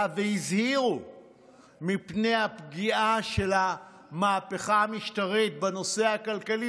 והזהירו מפני הפגיעה של המהפכה המשטרית בנושא הכלכלי,